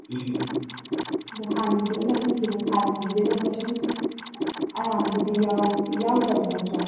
ꯑꯗꯣ ꯍꯥꯟꯅꯒꯤ ꯑꯩꯅ ꯄꯤꯒꯤꯕ ꯐꯥꯏꯜꯁꯤꯡꯗꯨꯗꯤ ꯑꯗꯨꯝ ꯀꯩꯁꯨꯝ ꯑꯔꯥꯟꯕꯗꯤ ꯌꯥꯎꯗ꯭ꯔꯕ ꯅꯠꯇ꯭ꯔꯣ